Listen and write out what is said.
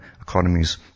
economies